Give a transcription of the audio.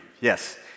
yes